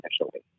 initially